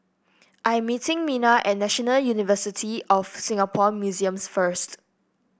I am meeting Mina at National University of Singapore Museums first